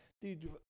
Dude